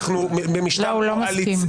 הוא לא מסכים.